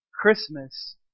Christmas